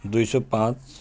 दुई सौ पाँच